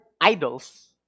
idols